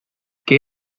que